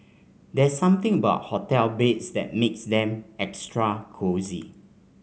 there's something about hotel beds that makes them extra cosy